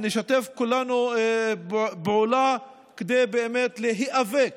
נשתף כולנו פעולה כדי להיאבק